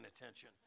attention